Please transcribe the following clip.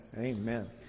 Amen